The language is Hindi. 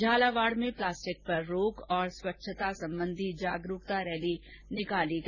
झालावाड़ में प्लास्टिक पर रोक और स्वच्छता संबंधी जागरूकता रैली का आयोजन किया गया